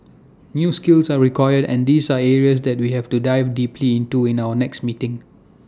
new skills are required and these are areas that we have to dive deeply into in our next meeting